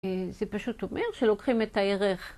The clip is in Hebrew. זה פשוט אומר שלוקחים את הערך.